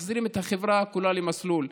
מחזירים את החברה כולה למסלול.